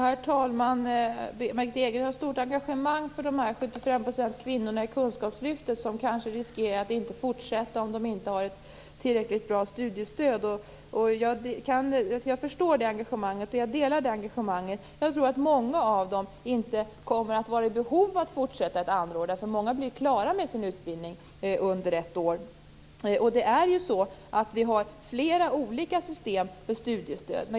Herr talman! Margitta Edgren har ett stort engagemang för de 75 % kvinnor i kunskapslyftet som riskerar att inte kunna fortsätta om de inte får ett tillräckligt bra studiestöd. Jag förstår det engagemanget, och jag delar det. Jag tror att många av dem inte kommer att vara i behov av att fortsätta ett andra år, därför att de blir klara med sin utbildning på ett år. Det finns också flera olika system för studiestöd.